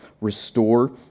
restore